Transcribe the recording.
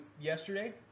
yesterday